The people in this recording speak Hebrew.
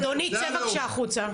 אדוני צא בבקשה החוצה.